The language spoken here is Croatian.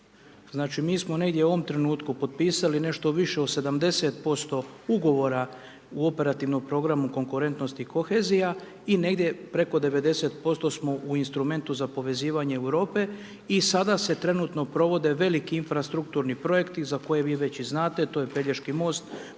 znači, mi smo negdje u ovom trenutku potpisali nešto više od 70% Ugovora u operativnom programu konkurentnosti i kohezija i negdje preko 90% smo u instrumentu za povezivanje Europe i sada se trenutno provode veliki infrastrukturni projekti za koje vi već i znate, to je Pelješki most,